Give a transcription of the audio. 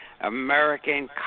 American